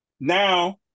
Now